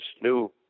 new